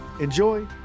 Enjoy